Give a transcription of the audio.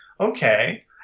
Okay